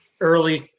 early